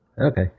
okay